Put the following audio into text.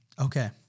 Okay